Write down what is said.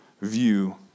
view